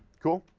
cool?